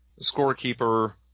scorekeeper